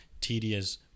tedious